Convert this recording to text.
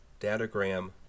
datagram